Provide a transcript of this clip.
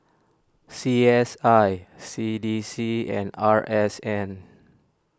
C S I C D C and R S N